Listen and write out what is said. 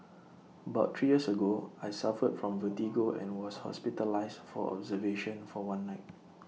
about three years ago I suffered from vertigo and was hospitalised for observation for one night